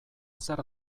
zer